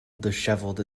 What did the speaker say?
dishevelled